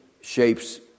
shapes